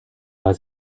war